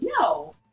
no